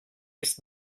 ist